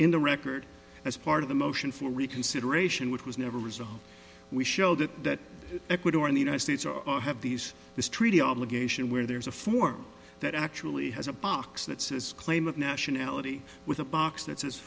in the record as part of the motion for reconsideration which was never resolved we show that ecuador in the united states are or have these this treaty obligation where there's a form that actually has a box that says claim of nationality with a box that